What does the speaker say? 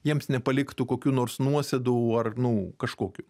jiems nepaliktų kokių nors nuosėdų ar nu kažkokių